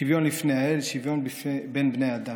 שוויון לפני האל, שוויון בין בני האדם.